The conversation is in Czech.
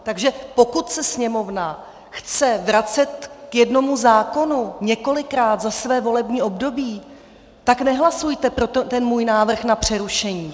Takže pokud se Sněmovna chce vracet k jednomu zákonu několikrát za své volební období, tak nehlasujte pro ten můj návrh na přerušení.